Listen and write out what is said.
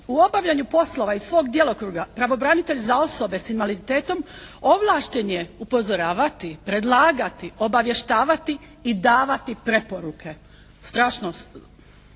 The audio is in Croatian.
«U obavljanju poslova iz svog djelokruga pravobranitelj za osobe s invaliditetom ovlašten je upozoravati, predlagati, obavještavati i davati preporuke.» Strašno.